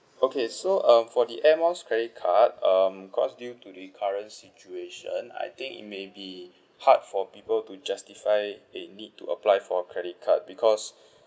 okay so um for the air miles credit card um cause due to the current situation I think it may be hard for people to justify a need to apply for credit card because